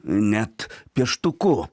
net pieštuku